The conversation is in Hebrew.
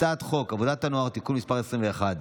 הצעת חוק עבודת הנוער (תיקון מס' 21),